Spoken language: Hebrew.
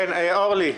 אורלי,